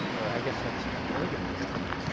or, i guess that's polygamy, isn't it?